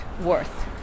worth